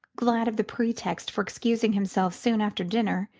glad of the pretext for excusing himself soon after dinner.